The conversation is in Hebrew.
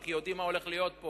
כי יודעים מה הולך להיות עליה.